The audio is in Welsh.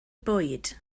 bwyd